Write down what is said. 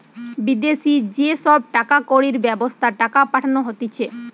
বিদেশি যে সব টাকা কড়ির ব্যবস্থা টাকা পাঠানো হতিছে